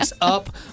up